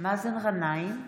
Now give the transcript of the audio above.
מאזן גנאים,